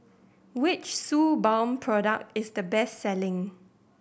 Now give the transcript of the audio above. which Suu Balm product is the best selling